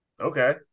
Okay